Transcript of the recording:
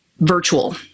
virtual